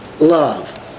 love